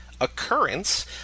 occurrence